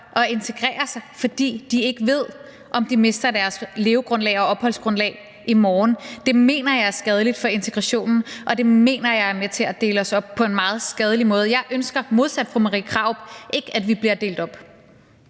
at integrere sig, fordi de ikke ved, om de mister deres levegrundlag og opholdsgrundlag i morgen. Det mener jeg er skadeligt for integrationen, og det mener jeg er med til at dele os op på en meget skadelig måde. Jeg ønsker, modsat fru Marie Krarup, ikke, at vi bliver delt op.